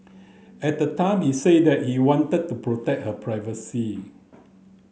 at the time he said that he wanted to protect her privacy